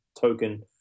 token